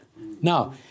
Now